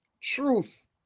truth